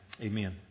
Amen